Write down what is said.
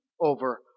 over